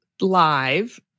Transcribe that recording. live